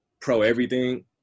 pro-everything